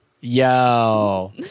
Yo